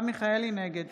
נגד